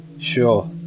Sure